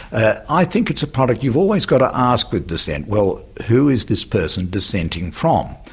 ah i think it's a product you've always got to ask with dissent, well who is this person dissenting from?